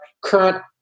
current